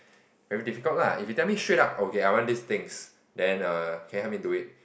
very difficult lah if you tell me straight up okay I want these things then err can you help me do it